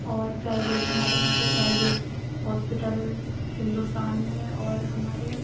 اور پرائیویٹ ہمارے یہاں کے پرائیویٹ ہوسپٹل ہندوستان میں اور ہمارے